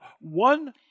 one